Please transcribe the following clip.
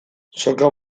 soka